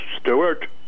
Stewart